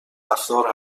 رفتار